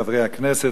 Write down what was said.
חברי הכנסת,